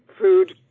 food